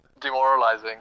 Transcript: demoralizing